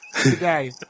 today